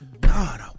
God